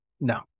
No